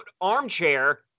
ARMCHAIR